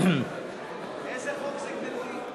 איזה חוק זה, גברתי?